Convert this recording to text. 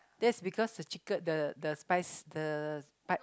that's because the chicken the the spice the spi~